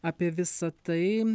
apie visa tai